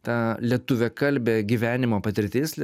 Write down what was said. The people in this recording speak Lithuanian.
ta lietuviakalbė gyvenimo patirtis